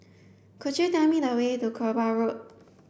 could you tell me the way to Kerbau Road